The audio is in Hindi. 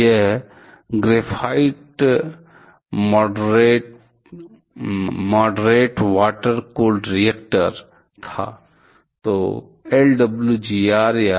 यह graphite moderate water cooled reactor graphite moderated water cooled reactors था